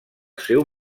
seu